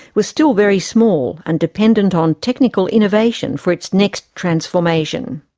was still very small, and dependent on technical innovation for its next transformation.